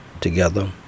together